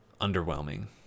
underwhelming